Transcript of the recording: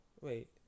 Wait